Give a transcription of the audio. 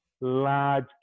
large